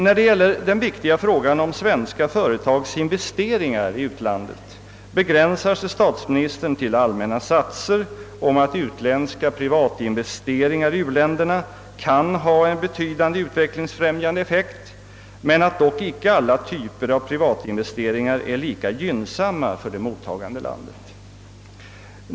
När det gäller den viktiga frågan om svenska företags investeringar i utlandet begränsar sig statsministern till allmänna satser om att utländska privatinvesteringar i u-länderna kan ha en betydande utvecklingsfrämjande effekt men att inte alla typer av privatinvesteringar är lika gynnsamma för det mottagande landet.